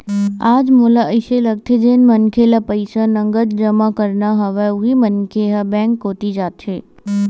आज मोला अइसे लगथे जेन मनखे ल पईसा नगद जमा करना हवय उही मनखे ह बेंक कोती जाथे